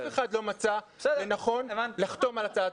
אף אחד לא מצא לנכון לחתום על הצעת